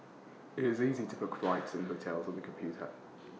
IT is easy to book flights and hotels on the computer